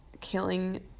killing